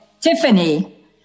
tiffany